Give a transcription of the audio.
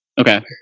Okay